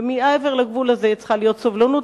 ומעבר לגבול הזה צריכה להיות סובלנות.